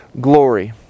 glory